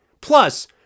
Plus